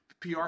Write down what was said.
PR